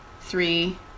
three